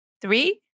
Three